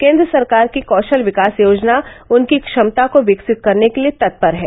केन्द्र सरकार की कौषल विकास योजना उनकी क्षमता को विकसित करने के लिये तत्पर है